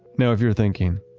now, if you're thinking,